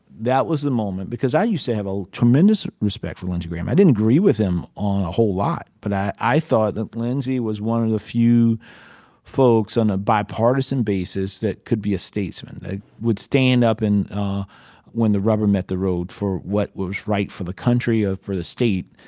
that was the moment. because i used to have a tremendous respect for lindsey graham. i didn't agree with him on a whole lot. but i i thought that lindsey was one of the few folks on a bipartisan basis that could be a statesman, that would stand up, and when the rubber met the road, for what was right for the country or for the state,